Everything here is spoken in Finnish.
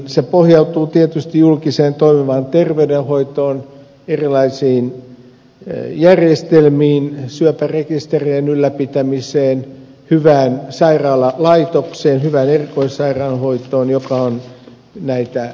se pohjautuu tietysti julkiseen toimivaan terveydenhoitoon erilaisiin järjestelmiin syöpärekistereiden ylläpitämiseen hyvään sairaalalaitokseen hyvään erikoissairaanhoitoon joka on näitä tutkimustuloksia säilyttänyt